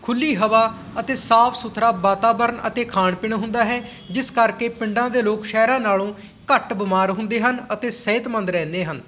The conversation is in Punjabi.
ਖੁੱਲੀ ਹਵਾ ਅਤੇ ਸਾਫ਼ ਸੁਥਰਾ ਵਾਤਾਵਰਨ ਅਤੇ ਖਾਣ ਪੀਣ ਹੁੰਦਾ ਹੈ ਜਿਸ ਕਰਕੇ ਪਿੰਡਾਂ ਦੇ ਲੋਕ ਸ਼ਹਿਰਾਂ ਨਾਲੋਂ ਘੱਟ ਬਿਮਾਰ ਹੁੰਦੇ ਹਨ ਅਤੇ ਸਿਹਤਮੰਦ ਰਹਿੰਦੇ ਹਨ